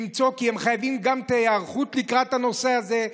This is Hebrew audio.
למצוא, כי הם חייבים היערכות לקראת הנושא הזה.